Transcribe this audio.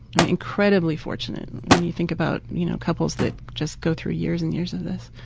i mean incredibly fortunate, when you think about you know couples that just go through years and years of this.